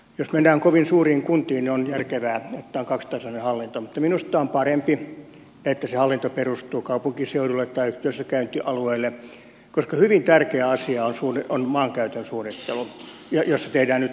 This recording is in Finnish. jos mennään kovin suuriin kuntiin niin on järkevää että on kaksitasoinen hallinto mutta minusta on parempi että se hallinto perustuu kaupunkiseudulle tai työssäkäyntialueelle koska hyvin tärkeä asia on maankäytön suunnittelu jossa tehdään nyt suuria virheitä